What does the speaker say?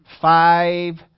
five